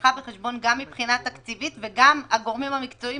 שנלקחה בחשבון גם מבחינה תקציבית וגם הגורמים המקצועיים